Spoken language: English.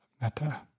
metta